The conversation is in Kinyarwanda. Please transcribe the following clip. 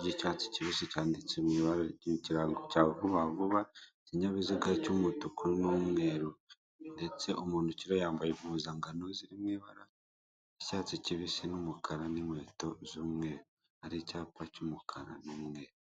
ry'icyatsi kibisi cyanditse mu ibara ry'ikirango cya vuba vuba ikinyabiziga cy'umutuku n'umweru ndetse umuntu ukiriho yambaye impuzangano ziririmo ibara ry'icyatsi kibisi n'umukara n'inkweto z'umweru hari icyapa cy'umukara n'umweru.